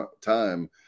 time